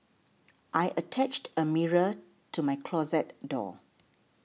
I attached a mirror to my closet door